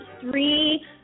three